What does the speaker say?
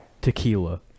tequila